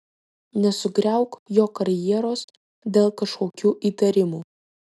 nesugriauk jo karjeros dėl kažkokių įtarimų